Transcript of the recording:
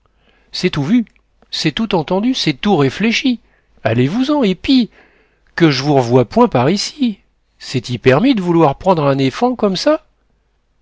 c'est tout vu c'est tout entendu c'est tout réfléchi allez-vous-en et pi que j'vous revoie point par ici c'est i permis d'vouloir prendre un éfant comme ça